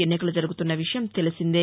ఎన్నికలు జరుగుతున్న విషయం తెలిసిందే